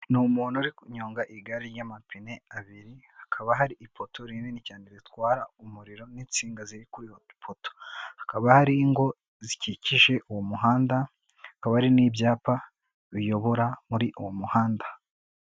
Ni umuntu uri kunyonga igare ry'amapine abiri, hakaba hari ipoto rinini cyane ritwara umuriro n'insinga ziri kuri iyo poto, hakaba hari ingo zikikije uwo muhanda, hakaba hari n'ibyapa biyobora muri uwo muhanda.